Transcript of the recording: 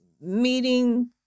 meeting